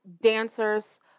dancers